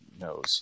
knows